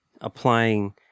applying